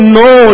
no